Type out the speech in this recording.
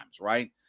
right